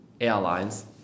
airlines